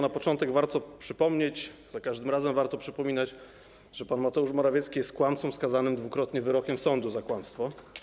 Na początek warto przypomnieć, za każdym razem warto przypominać, że pan Mateusz Morawiecki jest kłamcą skazanym dwukrotnie wyrokiem sądu za kłamstwo.